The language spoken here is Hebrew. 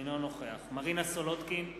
אינו נוכח מרינה סולודקין,